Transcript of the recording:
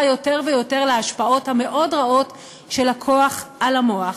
יותר ויותר להשפעות המאוד-רעות של הכוח על המוח.